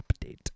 update